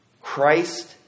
Christ